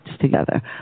together